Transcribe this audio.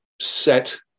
set